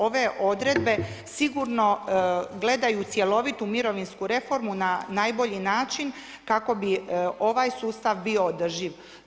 Ove odredbe sigurno gledaju cjelovitu mirovinsku reformu na najbolji način kako bi ovaj sustav bio održiv.